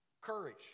Courage